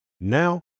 Now